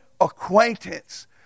acquaintance